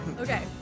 Okay